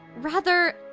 rather,